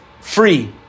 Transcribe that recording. free